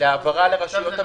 להעברה לרשויות המקומיות.